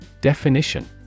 Definition